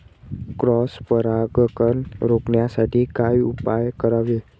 Cross परागकण रोखण्यासाठी काय उपाय करावे?